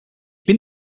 bin